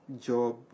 job